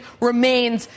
remains